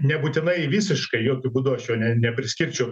nebūtinai visiškai jokiu būdu aš jo nepriskirčiau